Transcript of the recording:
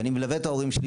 ואני מלווה את ההורים שלי,